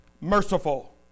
merciful